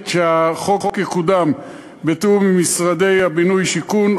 שהחוק יקודם בתיאום עם משרדי הבינוי והשיכון,